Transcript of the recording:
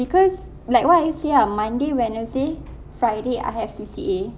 because like what I say ah monday wednesday friday I have C_C_A